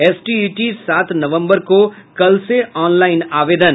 STET सात नवंबर को कल से ऑनलाइन आवेदन